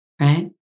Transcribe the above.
right